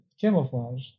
camouflage